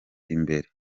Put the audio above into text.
imbere